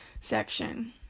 section